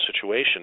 situation